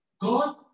God